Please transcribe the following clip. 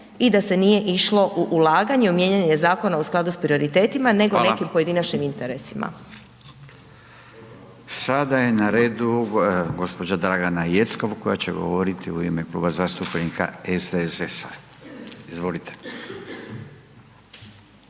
i da se nije išlo u ulaganje i u mijenjanje zakona u skladu s prioritetima nego nekim pojedinačnim interesima. **Radin, Furio (Nezavisni)** Hvala. Sada je na redu gospođa Dragana Jeckov koja će govoriti u ime Kluba zastupnika SDSS-a. Izvolite.